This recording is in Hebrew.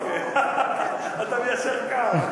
אתה מיישר קו.